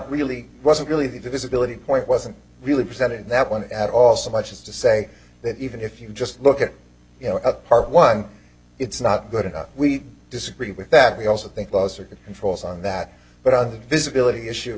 really wasn't really the visibility point wasn't really present in that one at all so much as to say that even if you just look at you know part one it's not good enough we disagree with that we also think those are good controls on that but on the visibility